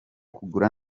gukura